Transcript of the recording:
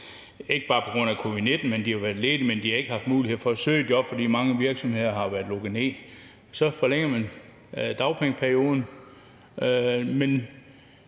ikke bare på grund af covid-19, de har været ledige – som ikke har haft mulighed for at søge job, fordi mange virksomheder har været lukket ned, og så forlænger man dagpengeperioden.